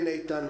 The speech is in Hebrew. כן, איתן.